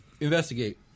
Investigate